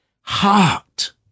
heart